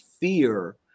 fear